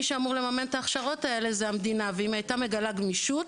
מי שאמור לממן את ההכשרות האלה זה המדינה ואם היא הייתה מגלה גמישות,